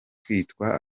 kwitwa